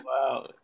wow